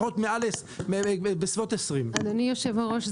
בסביבות 20. אדוני יושב-הראש,